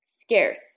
scarce